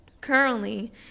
Currently